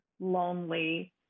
lonely